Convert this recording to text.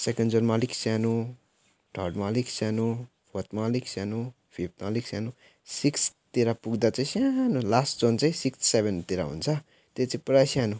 second जोनमा अलिक सानो थर्डमा अलिक सानो फोर्थमा अलिक सानो फिप्थमा अलिक सानो सिक्सथतिर पुग्दा चाहिँ सानो लास्ट जोन चाहिँ सिक्स सेभेनतिर हुन्छ त्यो चाहिँ पुरा सानो